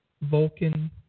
Vulcan